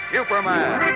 Superman